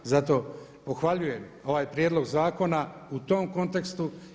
Zato pohvaljujem ovaj prijedlog zakona u tom kontekstu.